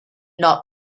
not